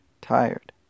tired